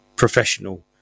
professional